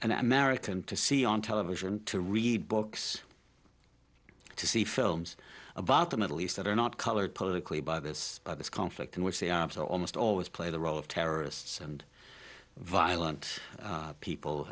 an american to see on television to read books to see films about the middle east that are not colored publicly by this by this conflict in which the arabs are almost always play the role of terrorists and violent people